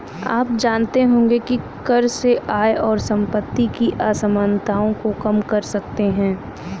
आप जानते होंगे की कर से आय और सम्पति की असमनताओं को कम कर सकते है?